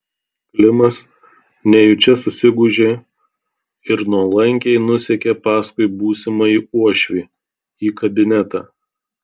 klimas nejučia susigūžė ir nuolankiai nusekė paskui būsimąjį uošvį į kabinetą